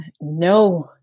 no